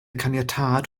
caniatâd